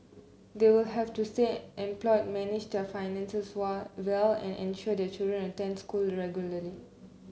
they will have to stay employed managed their finances well and ensure their children attend school regularly